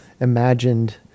imagined